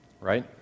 right